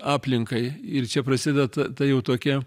aplinkai ir čia prasideda ta ta jau tokia